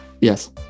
Yes